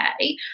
okay